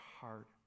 heart